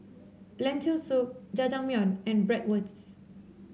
Lentil Soup Jajangmyeon and Bratwurst